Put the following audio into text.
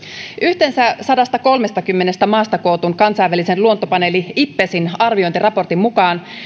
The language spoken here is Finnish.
yhteensä sadastakolmestakymmenestä maasta kootun kansainvälisen luontopaneeli ipbesin arviointiraportin mukaan